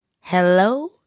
Hello